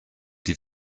die